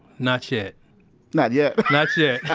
not yet not yet. not yet.